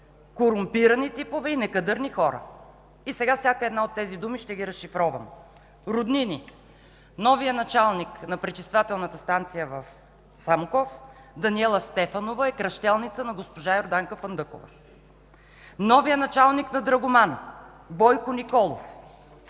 корумпирани типове и некадърни хора. Сега ще разшифровам всяка една от тези думи. Роднини – новият началник на пречиствателната станция в Самоков Даниела Стефанова е кръщелница на госпожа Йорданка Фандъкова. Новият началник на Драгоман Бойко Николов